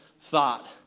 thought